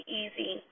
easy